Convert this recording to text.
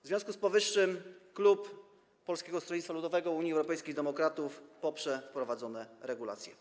W związku z powyższym klub Polskiego Stronnictwa Ludowego - Unii Europejskich Demokratów poprze wprowadzone regulacje.